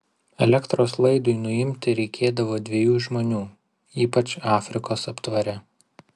elektros laidui nuimti reikėdavo dviejų žmonių ypač afrikos aptvare